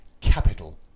Capital